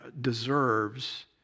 deserves